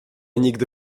nigdy